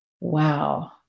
wow